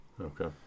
Okay